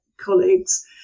colleagues